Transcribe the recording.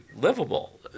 livable